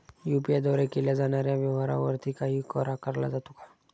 UPI द्वारे केल्या जाणाऱ्या व्यवहारावरती काही कर आकारला जातो का?